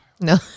No